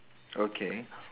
okay